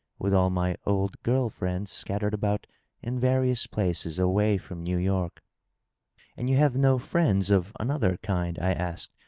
with all my old girl-friends scattered about in various places away from new york and you have no friends of another kind? i asked,